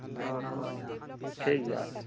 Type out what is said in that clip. ᱚᱻ ᱴᱷᱤᱠ ᱜᱮᱭᱟ